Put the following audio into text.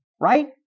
right